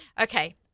Okay